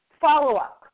follow-up